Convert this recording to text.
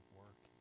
work